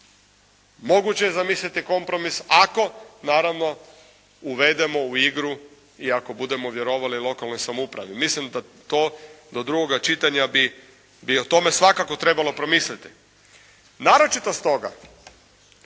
Moguće je zamisliti kompromis ako naravno uvedemo u igru i ako budemo vjerovali lokalnoj samoupravi. Mislim da to do drugoga čitanja bi o tome svakako trebalo promisliti, naročito stoga